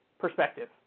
perspective